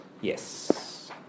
Yes